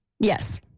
Yes